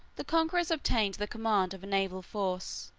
the conquerors obtained the command of a naval force,